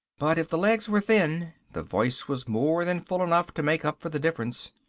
but if the legs were thin, the voice was more than full enough to make up for the difference.